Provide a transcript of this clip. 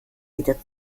wieder